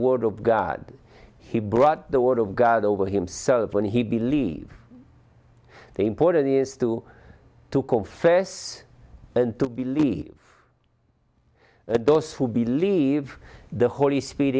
word of god he brought the word of god over himself when he believed the important is to to confess and to believe those who believe the holy sp